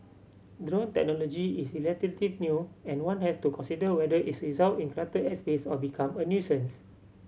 drone technology is relatively new and one has to consider whether its result in cluttered airspace or become a nuisance